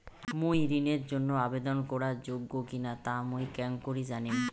মুই ঋণের জন্য আবেদন করার যোগ্য কিনা তা মুই কেঙকরি জানিম?